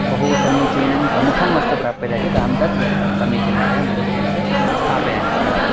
बहु समीचीनं प्रमुखं वस्तु प्राप्यते चेत् अहं तद् समीचीनतया मम समीपे स्थापयामि सर्वदा